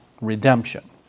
redemption